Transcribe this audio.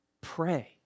pray